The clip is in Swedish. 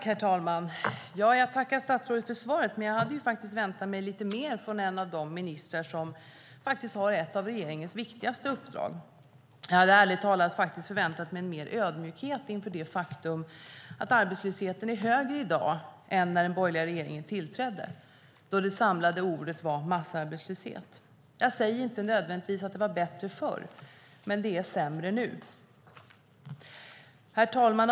Herr talman! Jag tackar statsrådet för svaret, men jag hade faktiskt väntat mig lite mer från ministern som har ett av regeringens viktigaste uppdrag. Jag hade ärligt talat förväntat mig mer ödmjukhet inför det faktum att arbetslösheten är högre i dag än när den borgerliga regeringen tillträdde, då det samlande ordet var "massarbetslöshet". Jag säger inte att det nödvändigtvis var bättre förr. Men det är sämre nu. Herr talman!